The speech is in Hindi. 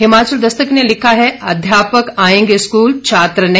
हिमाचल दस्तक ने लिखा है अध्यापक आएंगे स्कूल छात्र नहीं